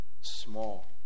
small